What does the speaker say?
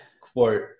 quote